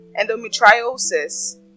endometriosis